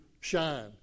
shine